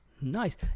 Nice